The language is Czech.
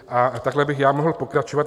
A takhle bych mohl pokračovat.